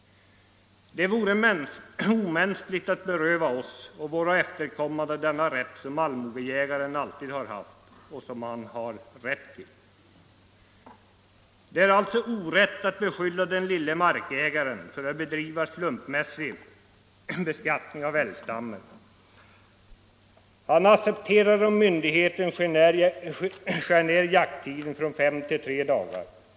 Det vore omänskligt att beröva oss och våra efterkommande denna rätt som allmogejägaren alltid har haft och som han har rätt till. Det är alltså orätt att beskylla den lille markägaren för att bedriva slumpmässig skattning av älgstammen. Han accepterar om myndigheterna skär ner jakttiden från 5 till 3 dagar.